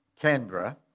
Canberra